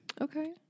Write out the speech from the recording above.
Okay